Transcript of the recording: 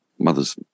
mother's